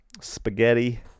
Spaghetti